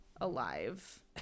alive